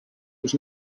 was